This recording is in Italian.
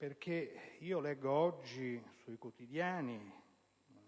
Perche´ io leggo oggi sui quotidiani,